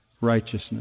righteousness